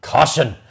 Caution